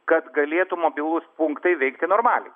kad galėtų mobilūs punktai veikti normaliai